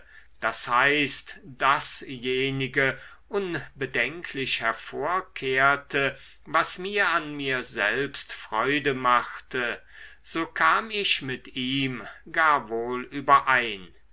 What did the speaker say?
das heißt dasjenige unbedenklich hervorkehrte was mir an mir selbst freude machte so kam ich mit ihm gar wohl überein